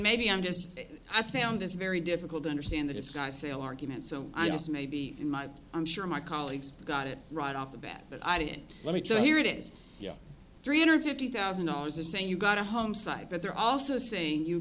maybe i'm just i found this very difficult to understand the disguised sale argument so i guess maybe in my i'm sure my colleagues got it right off the bat but i did let me tell you here it is three hundred fifty thousand dollars a saying you got a home side but they're also saying you